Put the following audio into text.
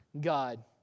God